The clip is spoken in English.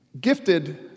gifted